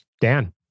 Dan